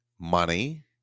Money